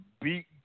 beat